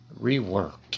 reworked